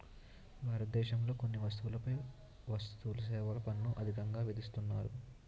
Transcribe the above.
భారతదేశంలో కొన్ని వస్తువులపై వస్తుసేవల పన్ను అధికంగా విధిస్తున్నారు